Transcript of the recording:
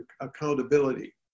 accountability